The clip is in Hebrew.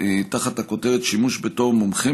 תחת הכותרת "שימוש בתואר מומחה",